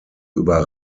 über